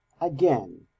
Again